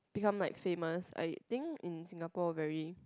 become like famous I think in Singapore very